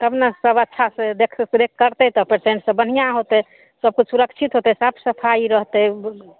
तब ने सब अच्छा से देखरेख करतै तऽ पेसेन्ट सब बढ़िआँ होतै सब किछु सुरक्षित होतै साफ सफाइ रहतै